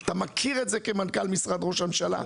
אתה מכיר את זה כמנכ"ל משרד ראש הממשלה,